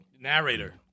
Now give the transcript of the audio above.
Narrator